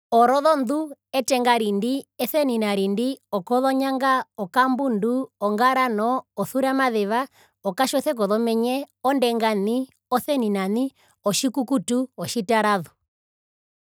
Orozondu, etengarindi, eseninarindi, okozonjanga, okambundu, ongaro, osusuramazeva, okatjose. Ondengani, oseninani, otjikukutu, otjitarazu.